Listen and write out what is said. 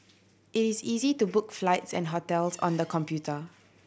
it is easy to book flights and hotels on the computer